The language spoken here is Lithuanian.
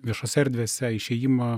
viešose erdvėse išėjimą